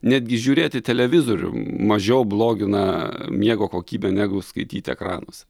netgi žiūrėti televizorių mažiau blogina miego kokybę negu skaityti ekranuose